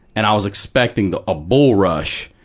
and i was expecting the a bull rush,